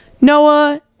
Noah